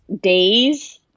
days